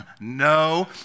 no